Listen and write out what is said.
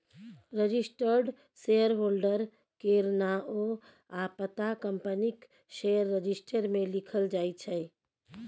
registered shareholder केर नाओ आ पता कंपनीक शेयर रजिस्टर मे लिखल जाइ छै